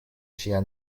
ŝia